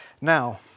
Now